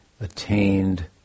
attained